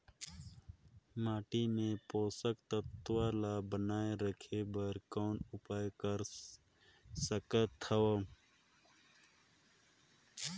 माटी मे पोषक तत्व ल बनाय राखे बर कौन उपाय कर सकथव?